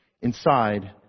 inside